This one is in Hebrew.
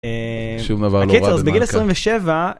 ‫הקיצור אז בגיל 27.